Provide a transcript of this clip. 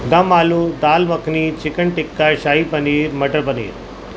دم aloo dal makhani chicken tikka shahi paneer matar paneer